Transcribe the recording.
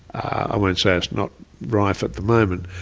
i won't say it's not rife at the moment,